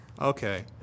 Okay